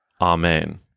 amen